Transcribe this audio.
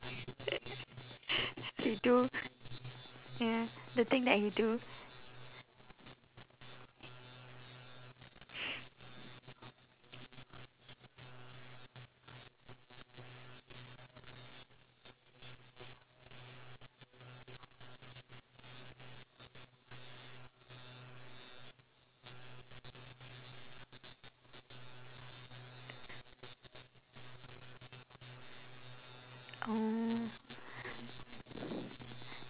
he do ya the thing that he do